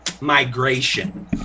migration